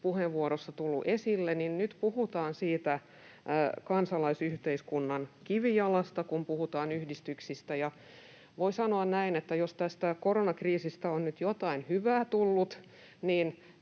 puheenvuorossa tullut esille, niin nyt puhutaan kansalaisyhteiskunnan kivijalasta, kun puhutaan yhdistyksistä, ja voi sanoa näin, että jos tästä koronakriisistä on nyt jotain hyvää tullut,